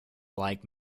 like